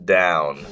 down